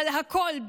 אבל הכול,